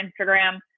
Instagram